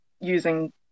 using –